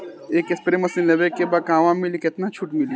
एक spray machine लेवे के बा कहवा मिली केतना छूट मिली?